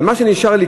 אבל מה שנשאר לי,